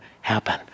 happen